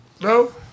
No